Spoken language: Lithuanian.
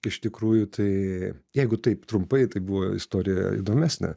iš tikrųjų tai jeigu taip trumpai tai buvo istorija įdomesnė